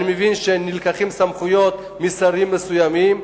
אני מבין שנלקחות סמכויות משרים מסוימים,